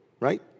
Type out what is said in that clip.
right